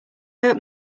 hurt